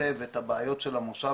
היטב את הבעיות של המושבניקים,